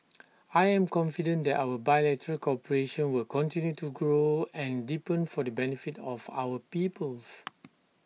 I am confident that our bilateral cooperation will continue to grow and deepen for the benefit of our peoples